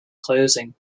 closing